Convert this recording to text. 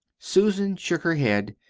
susan shook her head.